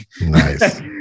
Nice